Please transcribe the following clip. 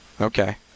Okay